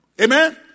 Amen